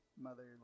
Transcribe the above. mother